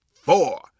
four